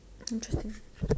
interesting